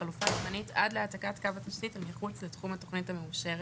חלופה זמנית עד להעתקת קו התשתית אל מחוץ לתחום התוכנית המאושרת,